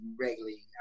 regularly